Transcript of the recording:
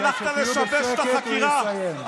כשהלכת לשבש את החקירה,